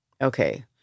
okay